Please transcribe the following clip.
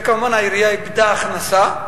וכמובן העירייה איבדה הכנסה,